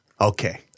Okay